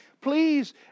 Please